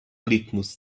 litmus